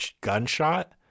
gunshot